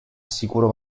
sicuro